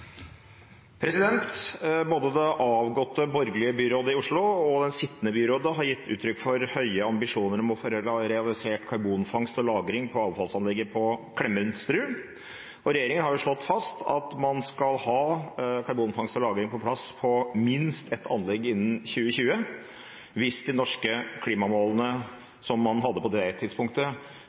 Både det avgåtte borgerlige byrådet i Oslo og det sittende byrådet har gitt uttrykk for høye ambisjoner om å få realisert karbonfangst og -lagring på avfallsanlegget på Klemetsrud. Regjeringen har slått fast at man skal ha karbonfangst og -lagring på plass på minst ett anlegg innen 2020 – hvis de norske klimamålene som man hadde på det tidspunktet,